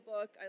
book